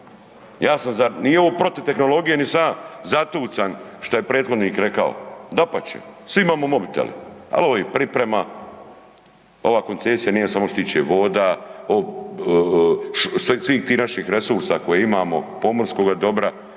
priprema. Nije ovo protiv tehnologije nit sam ja zatucan šta je prethodnik rekao, dapače, svi imamo mobitele ali ovo je priprema, ova koncesija nije samo što se tiče voda, svih tih naših resursa koje imamo, pomorskoga dobra,